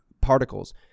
particles